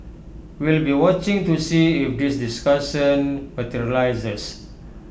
we'll be watching to see if this discussion materialises